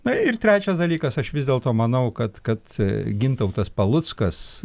na ir trečias dalykas aš vis dėlto manau kad kad gintautas paluckas